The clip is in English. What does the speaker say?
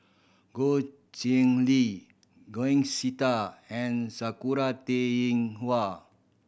Goh Chiew Lye Sita and Sakura Teng Ying Hua